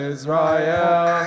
Israel